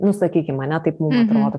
nu sakykim ane taip mum atrodo